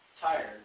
tired